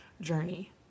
journey